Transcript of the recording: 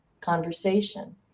conversation